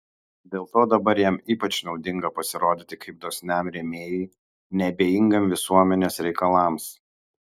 dėl to dabar jam ypač naudinga pasirodyti kaip dosniam rėmėjui neabejingam visuomenės reikalams